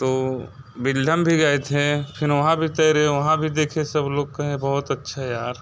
तो बिलधम भी गए थें फिर वहाँ भी तैरें वहाँ भी देखें सब लोग कहें बहुत अच्छा है यार